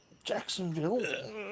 Jacksonville